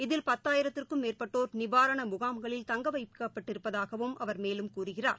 இதில் பத்தாயிரத்திற்கும் மேற்பட்டோர் நிவாரண முகாம்களில் தங்க வைக்கப்பட்டிருப்பதாக அவர் மேலும் கூறுகிறார்